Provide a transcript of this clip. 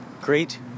great